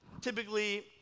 Typically